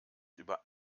über